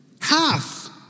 Half